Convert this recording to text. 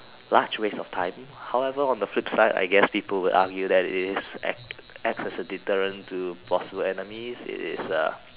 large waste of time however on the flip side I guess people would argue that it is it acts as a deterrent to possible enemies it is a